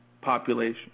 population